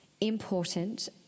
important